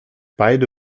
beide